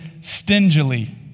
stingily